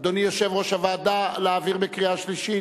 אדוני, יושב-ראש הוועדה, להעביר בקריאה שלישית?